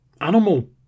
Animal